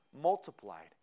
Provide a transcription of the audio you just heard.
multiplied